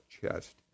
chest